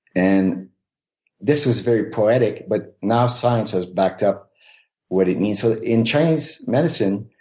and this was very poetic but now science has backed up what it means. so in chinese medicine,